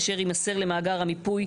אשר יימסר למאגר המיפוי.".